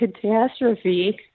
catastrophe